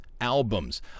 albums